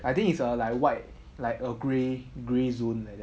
I think it's a like white like a grey grey zone like that